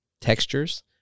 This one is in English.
textures